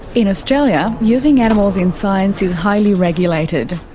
in australia, using animals in science is highly regulated.